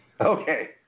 Okay